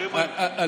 כן, כן, אני אוסיף.